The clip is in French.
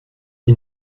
qui